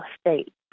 state